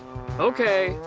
okay,